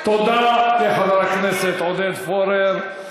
תודה לחבר הכנסת עודד פורר.